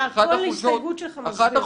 אתה, כל הסתייגות שלך מוסברת.